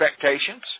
expectations